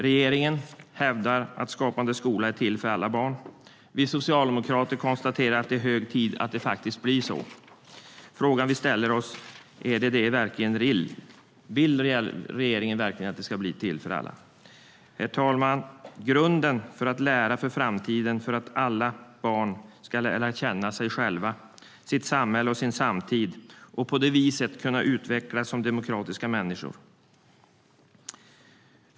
Regeringen hävdar att Skapande skola är till för alla barn, och vi socialdemokrater konstaterar att det är hög tid att det faktiskt blir så. Frågan vi ställer oss är: Är det vad ni verkligen vill? Vill regeringen verkligen att det ska bli till för alla? Herr talman! Grunden för att lära för framtiden är att alla barn ska lära känna sig själva, sitt samhälle och sin samtid och på det viset kunna utvecklas som demokratiska människor.